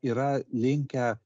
yra linkę